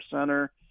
center